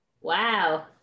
wow